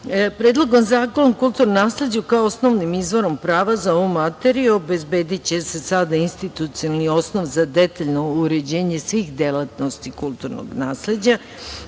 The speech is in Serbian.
državi. Predlogom zakona o kulturnom nasleđu, kao osnovnim izvorom prava za ovu materiju, obezbediće se sada institucioni osnov za detaljno uređenje svih delatnosti kulturnog nasleđa